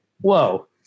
Whoa